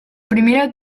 primera